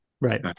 Right